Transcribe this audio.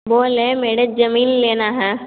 बोल रहें मेरे को ज़मीन लेनी है